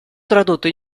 tradotto